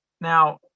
Now